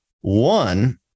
one